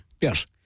Yes